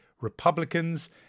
Republicans